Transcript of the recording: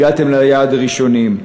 הגעתם ליעד ראשונים.